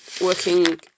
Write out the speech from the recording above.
working